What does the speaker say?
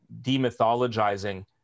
demythologizing